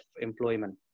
employment